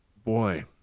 Boy